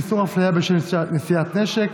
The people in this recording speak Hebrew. איסור הפליה בשל נשיאת נשק),